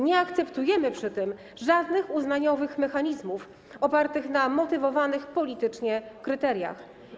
Nie akceptujemy przy tym żadnych uznaniowych mechanizmów opartych na motywowanych politycznie kryteriach.